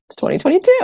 2022